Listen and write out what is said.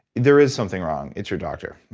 there is something wrong. it's your doctor.